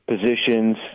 positions